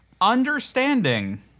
understanding